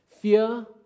Fear